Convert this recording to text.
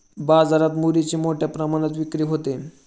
बाजारात मुरीची मोठ्या प्रमाणात विक्री होते